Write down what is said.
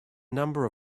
number